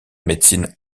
médecine